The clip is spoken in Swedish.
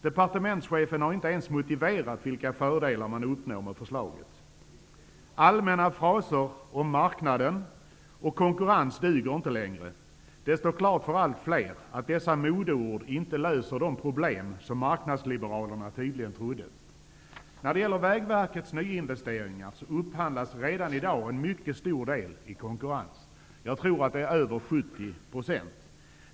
Departementschefen har inte ens motiverat vilka fördelar som man uppnår med förslaget. Allmänna fraser om marknaden och konkurrensen duger inte längre. Det blir klart för allt fler att dessa modeord inte är lösningen på de problem som marknadsliberalerna tydligen trodde. När det gäller Vägverkets nyinvesteringar så upphandlas redan i dag en mycket stor del i konkurrens -- jag tror att det är över 70 %.